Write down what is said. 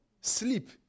Sleep